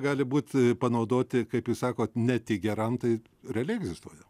gali būt panaudoti kaip jūs sakot ne tik geram tai realiai egzistuoja